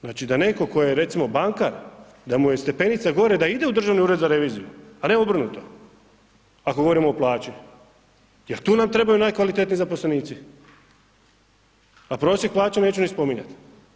Znači da netko tko je recimo bankar da mu je stepenica gore da ide u Državni ured za reviziju, a ne obrnuto, ako govorimo o plaći, jer tu nam trebaju najkvalitetniji zaposlenici, a prosjek plaće neću ni spominjati.